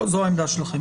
תודה.